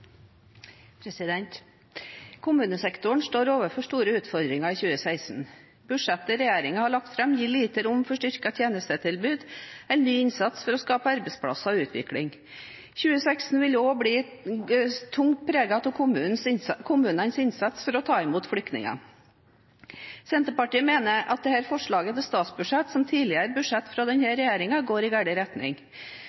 Kommunesektoren står overfor store utfordringer i 2016. Budsjettet regjeringen har lagt fram, gir lite rom for styrket tjenestetilbud eller ny innsats for å skape arbeidsplasser og utvikling. 2016 vil også bli tungt preget av kommunenes innsats for å ta imot flyktninger. Senterpartiet mener at dette forslaget til statsbudsjett, som tidligere budsjett fra denne regjeringen, går i feil retning.